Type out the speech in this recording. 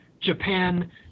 Japan